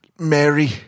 Mary